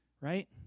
Right